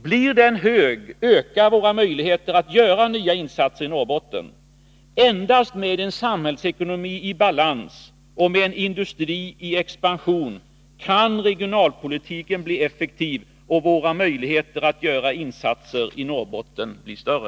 Blir aktiviteten hög, då ökar möjligheterna att göra nya insatser i Norrbotten. Endast med en samhällsekonomi i balans och med en industri i expansion kan regionalpolitiken bli effektiv och våra möjligheter att göra insatser i Norrbotten bli större.